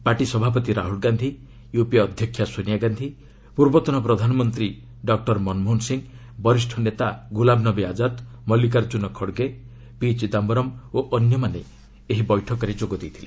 party ସଭାପତି Rahul Gandhi UPA ଅଧ୍ୟକ୍ଷା ସୋନିଆ ଗାନ୍ଧି ପୂର୍ବତନ ପ୍ରଧାନମନ୍ତ୍ରୀ ମନମୋହନ ସିଂହ ବରିଷ୍ଠ ନେତା ଗୁଲାମନବି ଆକ୍ଷାଦ୍ ମଲ୍ଲିକାର୍ଚ୍ଚୁନ ଖଡ଼ଗେ ପି ଚିଦାୟରମ୍ ଓ ଅନ୍ୟମାନେ ବୈଠକରେ ଯୋଗ ଦେଇଥିଲେ